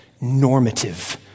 normative